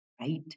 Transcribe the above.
right